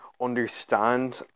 understand